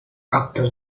after